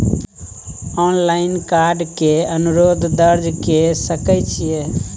Online card के अनुरोध दर्ज के सकै छियै?